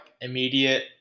immediate